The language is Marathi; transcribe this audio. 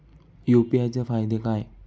यु.पी.आय चे फायदे काय?